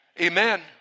Amen